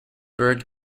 bird